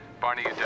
Barney